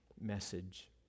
message